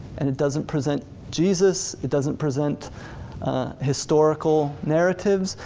and it doesn't present jesus, it doesn't present historical narratives.